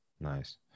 Nice